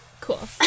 Cool